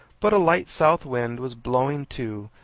but a light south wind was blowing too,